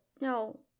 No